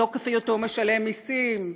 מתוקף היותו משלם מסים.